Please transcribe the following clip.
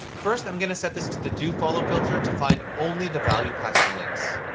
first, i'm going to set this to the dofollow filter to find only the value passing links.